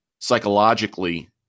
psychologically